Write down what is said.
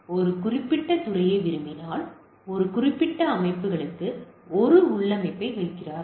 ஒரு குறிப்பிட்ட துறையை விரும்பினால் ஒரு குறிப்பிட்ட அமைப்புகளுக்கு ஒரு உள்ளமைவை வைக்கிறீர்கள்